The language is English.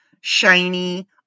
shiny